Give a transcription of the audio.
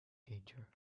danger